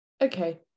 Okay